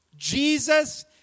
Jesus